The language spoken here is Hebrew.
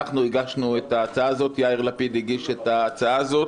הגשנו את ההצעה הזאת יאיר לפיד הגיש את ההצעה הזאת